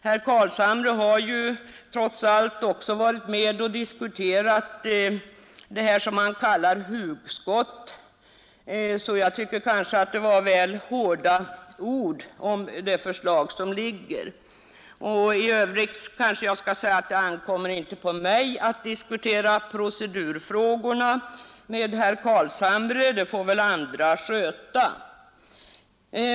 Herr Carlshamre har ju trots allt varit med och diskuterat vad han kallar hugskott, varför jag tycker att det ordet var väl hårt om regeringens förslag. I övrigt vill jag säga att det inte ankommer på mig att diskutera procedurfrågorna med herr Carlshamre, utan det får väl andra sköta.